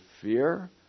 fear